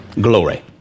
Glory